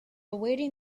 awaiting